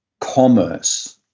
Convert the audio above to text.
commerce